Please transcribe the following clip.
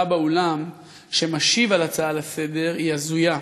באולם שמשיב על ההצעה לסדר-היום היא הזויה,